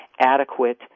adequate